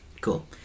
Cool